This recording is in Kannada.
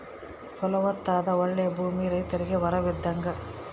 ಫಲವತ್ತಾದ ಓಳ್ಳೆ ಭೂಮಿ ರೈತರಿಗೆ ವರವಿದ್ದಂಗ